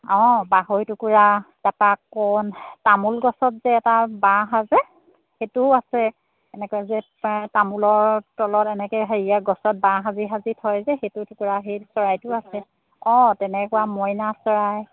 অঁ বাঢ়ৈটোকা তাৰপৰা আকৌ তামোল গছত যে এটা বাঁহ সাজে সেইটোও আছে এনেকৈ যে তামোলৰ তলত এনেকৈ হেৰিয়া গছত বাঁহ সাজি সাজি থয় যে সেইটো টুকুৰা সেই চৰাইটোও আছে অঁ তেনেকুৱা মইনা চৰাই